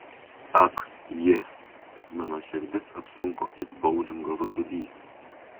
ak ji mano širdis apsunko it boulingo rutulys